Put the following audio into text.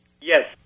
Yes